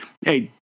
hey